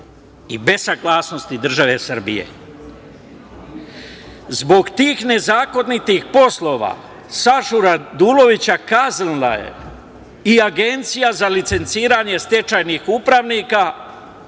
i bez saglasnosti države Srbije. Zbog tih nezakonitih poslova Sašu Radulovića kaznila je i Agencija za licenciranje stečajnih upravnika,